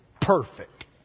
perfect